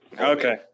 okay